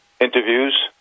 interviews